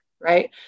right